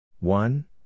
One